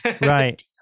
right